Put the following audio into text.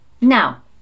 Now